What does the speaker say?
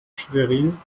schwerin